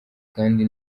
kandi